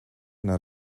naar